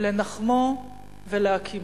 לנחמו ולהקימו".